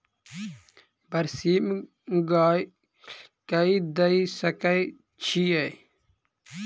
बरसीम गाय कऽ दऽ सकय छीयै?